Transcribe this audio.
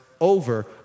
over